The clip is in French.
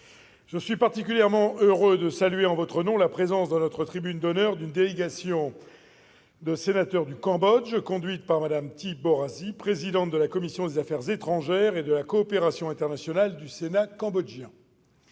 je suis particulièrement heureux de saluer en votre nom la présence, dans notre tribune d'honneur, d'une délégation de sénateurs du Cambodge, conduite par Mme Ty Borasy, présidente de la commission des affaires étrangères et de la coopération internationale du Sénat cambodgien.